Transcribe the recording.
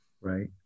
Right